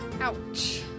Ouch